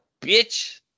bitch